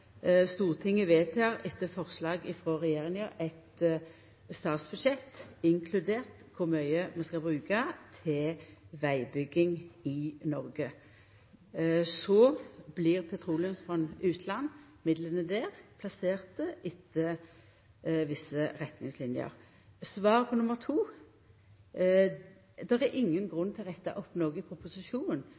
Stortinget vedtek eit statsbudsjett etter forslag frå regjeringa, inkludert kor mykje vi skal bruka til vegbygging i Noreg. Så blir midlane i petroleumsfondet plasserte etter visse retningslinjer. Svar på nr. 2: Det er ingen grunn til å retta opp noko i proposisjonen